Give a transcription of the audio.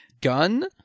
Gun